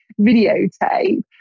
videotape